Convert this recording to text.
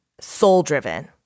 soul-driven